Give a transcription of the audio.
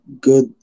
good